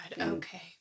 okay